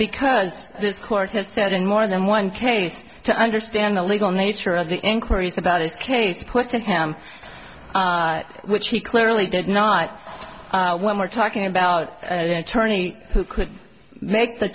because this court has said in more than one case to understand the legal nature of the inquiries about his case puts in him which he clearly did not when we're talking about attorney who could make the